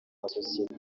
amasosiyete